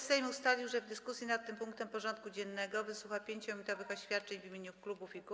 Sejm ustalił, że w dyskusji nad tym punktem porządku dziennego wysłucha 5-minutowych oświadczeń w imieniu klubów i kół.